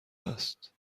است